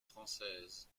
françaises